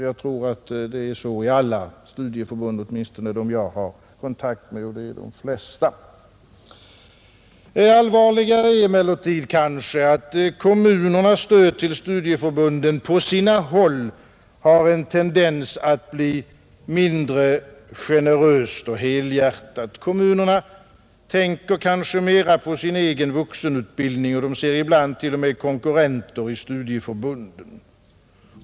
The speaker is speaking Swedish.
Jag tror att det är så i alla studieförbund, Det gäller åtminstone dem som jag har kontakt med, och det är de flesta. Allvarligare är emellertid kanske att kommunernas stöd till studieförbunden på sina håll har en tendens att bli mindre generöst och helhjärtat. Kommunerna tänker kanske mera på sin egen vuxenutbildning, och de ser ibland t.o.m. konkurrenter i studieförbunden.